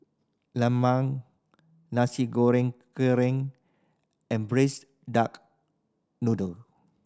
lemang Nasi Goreng Kerang and Braised Duck Noodle